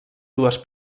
dues